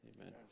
Amen